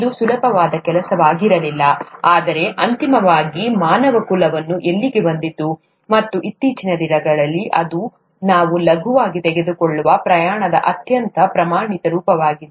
ಇದು ಸುಲಭದ ಕೆಲಸವಾಗಿರಲಿಲ್ಲ ಆದರೆ ಅಂತಿಮವಾಗಿ ಮಾನವಕುಲವು ಅಲ್ಲಿಗೆ ಬಂದಿತು ಮತ್ತು ಇತ್ತೀಚಿನ ದಿನಗಳಲ್ಲಿ ಇದು ನಾವು ಲಘುವಾಗಿ ತೆಗೆದುಕೊಳ್ಳುವ ಪ್ರಯಾಣದ ಅತ್ಯಂತ ಪ್ರಮಾಣಿತ ರೂಪವಾಗಿದೆ